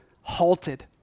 halted